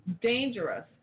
Dangerous